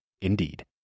indeed